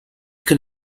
can